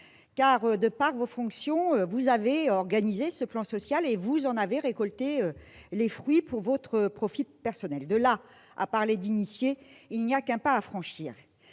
: de par vos fonctions, vous avez organisé ce plan social et vous en avez récolté les fruits pour votre profit personnel. De là à parler d'initié, il n'y a qu'un pas à franchir